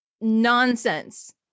nonsense